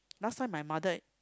last time my mother